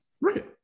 Right